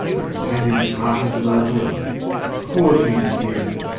the companions hearken to thy voice cause me to hear it.